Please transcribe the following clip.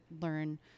learn